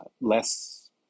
less